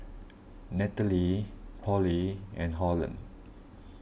Nataly Pollie and Holland